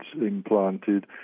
implanted